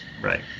Right